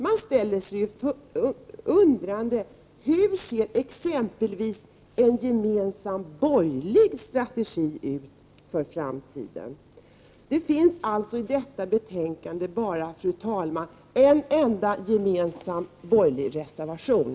Man ställer sig undrande: Hur ser exempelvis en gemensam borgerlig strategi ut för framtiden? Det finns alltså, fru talman, i detta betänkande bara en enda gemensam borgerlig reservation.